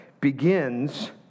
begins